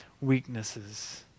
weaknesses